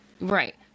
Right